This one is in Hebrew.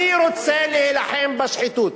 אני רוצה להילחם בשחיתות.